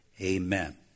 amen